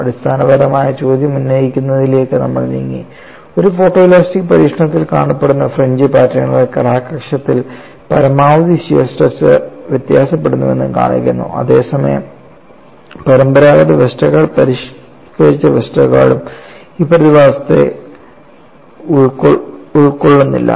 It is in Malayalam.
അടിസ്ഥാനപരമായ ചോദ്യം ഉന്നയിക്കുന്നതിലേക്ക് നമ്മൾ നീങ്ങി ഒരു ഫോട്ടോലാസ്റ്റിക് പരീക്ഷണത്തിൽ കാണപ്പെടുന്ന ഫ്രിഞ്ച് പാറ്റേണുകൾ ക്രാക്ക് അക്ഷത്തിൽ പരമാവധി ഷിയർ സ്ട്രെസ് വ്യത്യാസപ്പെടുന്നുവെന്ന് കാണിക്കുന്നു അതേസമയം പരമ്പരാഗത വെസ്റ്റർഗാർഡും പരിഷ്കരിച്ച വെസ്റ്റർഗാർഡും ഈ പ്രതിഭാസത്തെ ഉൾക്കൊള്ളുന്നില്ല